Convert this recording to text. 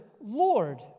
Lord